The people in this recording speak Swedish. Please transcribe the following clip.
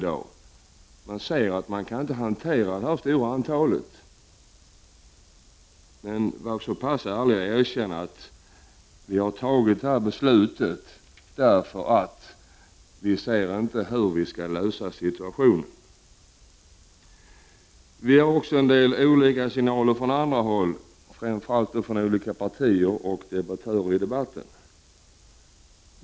Man kan helt enkelt inte hantera det stora antalet flyktingar. Man borde då vara så pass ärlig att man säger: Vi har tagit det här beslutet därför att vi inte ser hur vi annars skall kunna lösa situationen. Det förekommer också en del motstridiga signaler från andra håll, framför allt från vissa partier och debattörer.